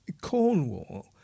Cornwall